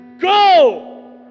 go